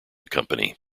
company